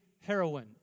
heroin